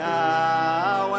now